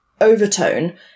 overtone